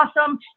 awesome